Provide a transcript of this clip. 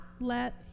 let